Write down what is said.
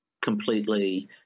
completely